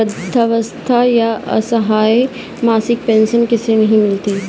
वृद्धावस्था या असहाय मासिक पेंशन किसे नहीं मिलती है?